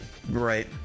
Right